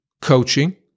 coaching